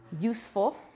useful